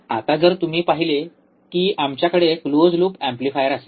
आता जर तुम्ही पाहिले की आमच्याकडे क्लोज लूप एम्पलीफायर असेल